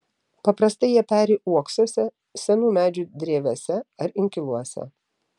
paprastai jie peri uoksuose senų medžių drevėse ar inkiluose